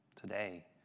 today